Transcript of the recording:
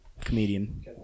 comedian